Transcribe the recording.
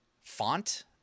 font